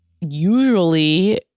usually